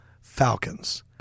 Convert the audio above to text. Falcons